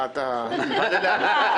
להשהות.